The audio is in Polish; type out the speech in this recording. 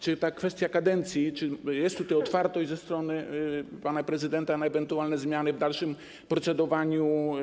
Czy w kwestii kadencji jest tutaj otwartość ze strony pana prezydenta na ewentualne zmiany w dalszym procedowaniu?